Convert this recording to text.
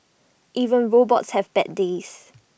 even robots have bad days